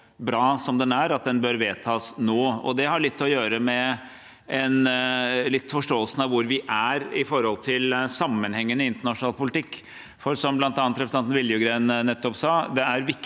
at den bør vedtas nå. Det har litt å gjøre med forståelsen av hvor vi er i forhold til sammenhengen i internasjonal politikk, for som bl.a. representanten Viljugrein nettopp sa: